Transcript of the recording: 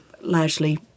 largely